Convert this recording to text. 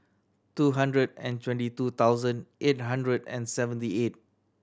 two hundred and twenty two thousand eight hundred and seventy eight